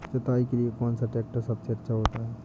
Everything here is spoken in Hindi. जुताई के लिए कौन सा ट्रैक्टर सबसे अच्छा होता है?